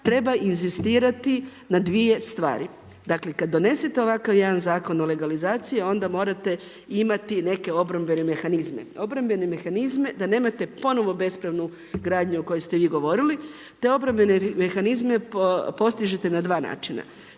Treba inzistirati na dvije stvari. Dakle kada donesete ovakav jedan Zakon o legalizaciji onda morate imati neke obrambene mehanizme. Obrambene mehanizme da nemate ponovno bespravnu gradnju o kojoj ste vi govorili. Te obrambene mehanizme postižete na dva načina.